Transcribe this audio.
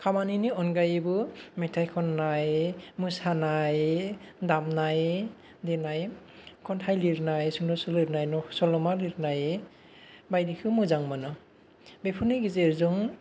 खामानिनि अनगायैबो मेथाइ खननाय मोसानाय दामनाय देनाय खन्थाइ लिरनाय सुंद' सल' लिरनाय सल'मा लिरनाय बायदिखौ मोजां मोनो बेफोरनि गेजेरजों